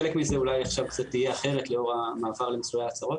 חלק מזה אולי עכשיו קצת יהיה אחרת לאור המעבר למסלולי ההצעות.